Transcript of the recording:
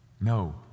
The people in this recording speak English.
No